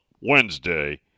Wednesday